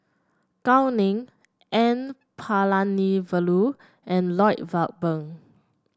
Gao Ning N Palanivelu and Lloyd Valberg